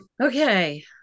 Okay